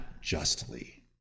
justly